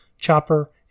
Chopper